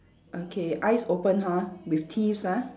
okay eyes open ha with teeths ha